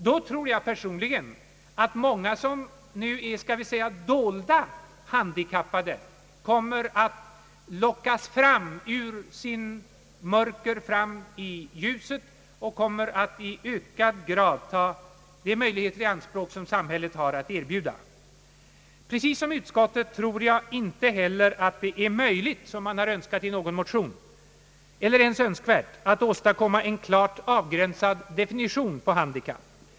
Då tror jag personligen att många som nu är, skall vi säga, dolda handikappade kommer att lockas ur sitt mörker fram i ljuset och i ökad grad ta de möjligheter i anspråk, som samhället har att erbjuda. Precis som utskottet tror jag inte heller att det är möjligt, som man har önskat i någon motion, eller ens önskvärt att åstadkomma en klart avgränsad definition av begreppet handikapp.